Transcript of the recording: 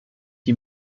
die